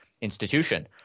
institution